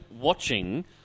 watching